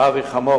אבי חמו,